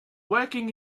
working